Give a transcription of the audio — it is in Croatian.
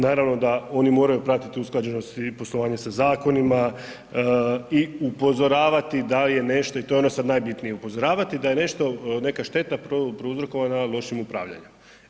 Naravno da oni moraju pratiti usklađenost i poslovanje sa zakonima i upozoravati da je nešto i to je ono sad najbitnije, upozoravati da je nešto, neka šteta prouzrokovana lošim upravljanjem.